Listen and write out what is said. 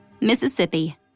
Mississippi